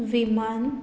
विमान